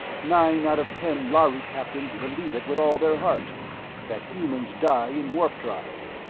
nine out of ten lhari captains believe it with all their heart that humans die in warp-drive.